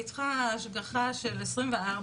והיא צריכה השגחה של 24/7,